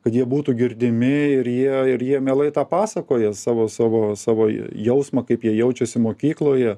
kad jie būtų girdimi ir jie ir jie mielai tą pasakoja savo savo savo jausmą kaip jie jaučiasi mokykloje